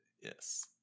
Yes